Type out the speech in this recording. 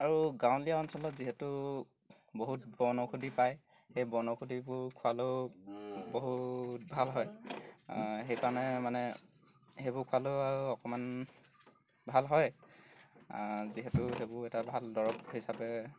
আৰু গাঁৱলীয়া অঞ্চলত যিহেতু বহুত বনৌষধি পায় সেই বনৌষধিবোৰ খোৱালেও বহুত ভাল হয় সেইকাৰণে মানে সেইবোৰ খোৱালেও অকণমান ভাল হয় যিহেতু সেইবোৰ এটা ভাল দৰৱ হিচাপে